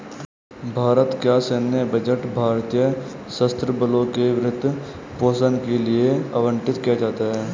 भारत का सैन्य बजट भारतीय सशस्त्र बलों के वित्त पोषण के लिए आवंटित किया जाता है